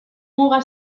muga